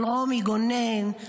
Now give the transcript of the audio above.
של רומי גונן,